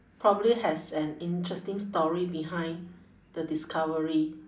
probably has an interesting story behind the discovery